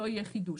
לא יהיה חידוש.